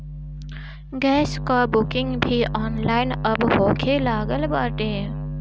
gas कअ booking भी online अब होखे लागल बाटे